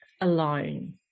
alone